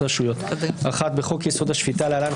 הרשויות) תיקון סעיף 4 בחוק-יסוד: השפיטה (להלן,